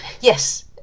Yes